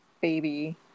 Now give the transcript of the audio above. baby